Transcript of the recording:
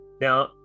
Now